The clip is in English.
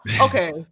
okay